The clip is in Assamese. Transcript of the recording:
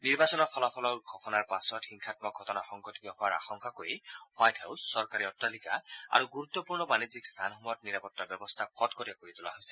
নিৰ্বাচনৰ ফলাফল ঘোষণাৰ পাছত হিংসামক ঘটনা সংঘটিত হোৱাৰ আশংকা কৰি হোৱাইট হাউছ চৰকাৰী অটালিকা আৰু গুৰুত্বপূৰ্ণ বাণিজ্যিক স্থানসমূহত নিৰাপত্তা ব্যৱস্থা কটকটীয়া কৰি তোলা হৈছে